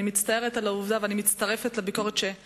אני מצטערת על העובדה ומצטרפת לביקורת על